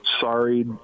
sorry